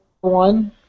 one